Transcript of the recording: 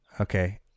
okay